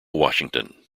washington